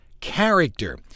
character